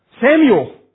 Samuel